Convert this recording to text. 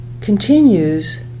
continues